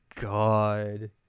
God